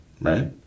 right